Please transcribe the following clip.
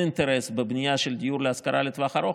אינטרס בבנייה של דיור להשכרה לטווח ארוך,